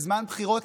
בזמן בחירות,